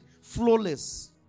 flawless